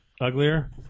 uglier